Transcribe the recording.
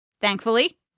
Thankfully